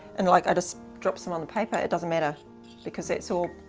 and like, i just drop some on the paper it doesn't matter because it's all